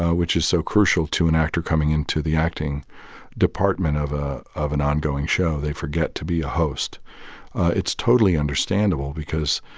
ah which is so crucial to an actor coming into the acting department of ah of an ongoing show. they forget to be a host it's totally understandable because,